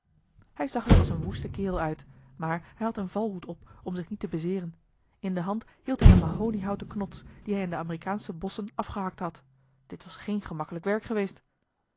hij zag er als een woeste kerel uit maar hij had een valhoed op om zich niet te bezeeren in de hand hield hij een mahoniehouten knots die hij in de amerikaansche bosschen afgehakt had dit was geen gemakkelijk werk geweest